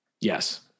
Yes